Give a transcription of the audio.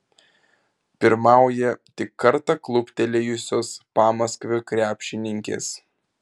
pirmauja tik kartą kluptelėjusios pamaskvio krepšininkės